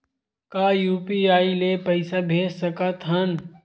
का यू.पी.आई ले पईसा भेज सकत हन?